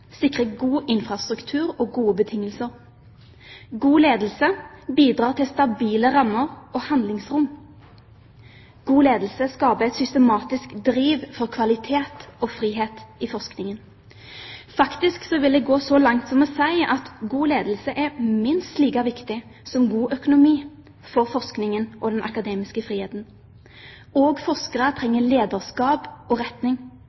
god infrastruktur og gode betingelser. God ledelse bidrar til stabile rammer og handlingsrom. God ledelse skaper et systematisk driv for kvalitet og frihet i forskningen. Faktisk vil jeg gå så langt som å si at god ledelse er minst like viktig som god økonomi for forskningen og den akademiske friheten. Også forskere trenger lederskap og retning.